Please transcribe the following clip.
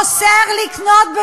אוסר לקנות,